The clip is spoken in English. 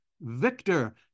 Victor